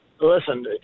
listen